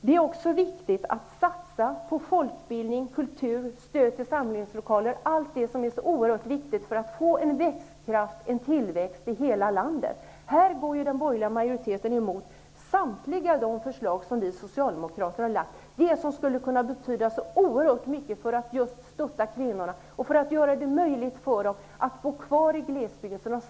Det är dessutom viktigt att satsa på folkbildning, kultur, stöd till samlingslokaler och allt sådant som är så viktigt för att få en tillväxt och en växtkraft i hela landet. Den borgerliga majoriteten går emot samtliga förslag som vi socialdemokrater har lagt fram och som skulle kunna betyda så oerhört mycket för att stötta kvinnorna och för att göra det möjligt för dem att bo kvar i glesbygden.